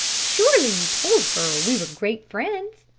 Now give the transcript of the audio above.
surely you told her we were great friends?